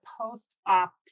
post-op